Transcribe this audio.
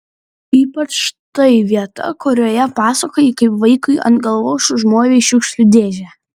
ypač ta vieta kurioje pasakoji kaip vaikui ant galvos užmovei šiukšlių dėžę